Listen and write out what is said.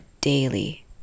daily